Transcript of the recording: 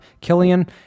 Killian